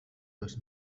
dos